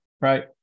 right